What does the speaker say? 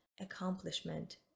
accomplishment